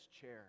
chair